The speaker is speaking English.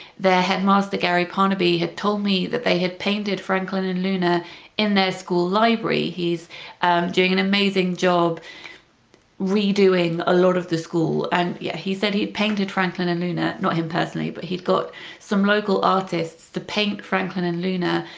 their headmaster gary parnaby had told me that they had painted franklin and luna in their school library. he's doing an amazing job redoing a lot of the school and yeah he said he'd painted franklin and luna, not him personally but he'd got some local artists to paint franklin and luna,